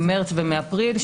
ממרס ומאפריל,